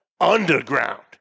underground